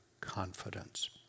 confidence